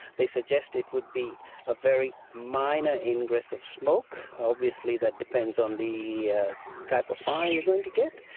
they suggest it would be a very minor ingress of smoke. obviously that depends on the yeah type of fire you're going to get.